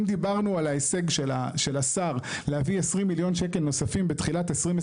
אם דיברנו על ההישג של השר להביא 20 מיליון שקל נוספים בתחילת 2023,